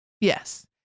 Yes